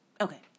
Okay